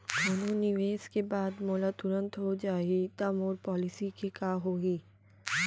कोनो निवेश के बाद मोला तुरंत हो जाही ता मोर पॉलिसी के का होही?